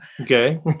Okay